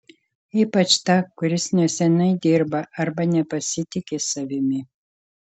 ypač tą kuris neseniai dirba arba nepasitiki savimi